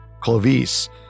Clovis